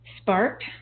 sparked